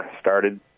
started